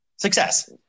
Success